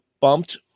bumped